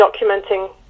documenting